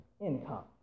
income